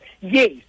Yes